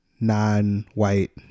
non-white